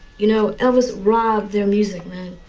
you know, elvis robbed their music, man.